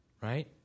Right